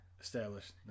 established